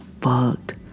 fucked